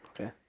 Okay